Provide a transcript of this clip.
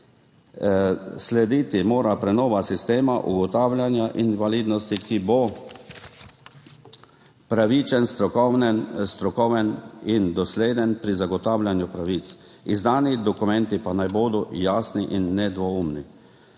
Slediti mora prenova sistema ugotavljanja invalidnosti, ki bo pravičen, strokoven in dosleden pri zagotavljanju pravic, izdani dokumenti pa naj bodo jasni in nedvoumni.